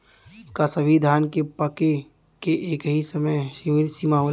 का सभी धान के पके के एकही समय सीमा होला?